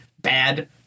bad